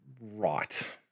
Right